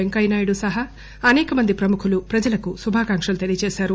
వెంకయ్యనాయుడు సహా అసేక మంది ప్రముఖులు ప్రజలకు శుభాకాంక్షలు తెలియచేశారు